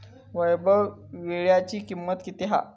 वैभव वीळ्याची किंमत किती हा?